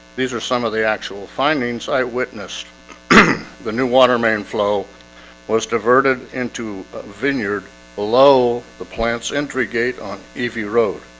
these are some of the actual findings i witnessed the new water main flow was diverted into a vineyard below the plants entry gate on evi road.